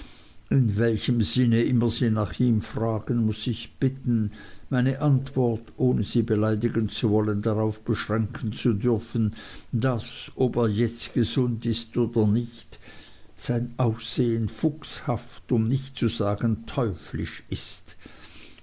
in welchem sinne immer sie nach ihm fragen muß ich sie bitten meine antwort ohne sie beleidigen zu wollen darauf beschränken zu dürfen daß ob er jetzt gesund ist oder nicht sein aussehen fuchshaft um nicht zu sagen teuflisch ist